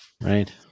Right